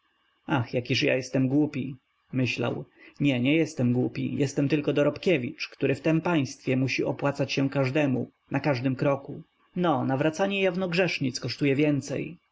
ach jakiż ja jestem głupi myślał nie nie jestem głupi jestem tylko dorobkiewicz który w tem państwie musi opłacać się każdemu na każdym kroku no nawracanie jawnogrzesznic kosztuje więcej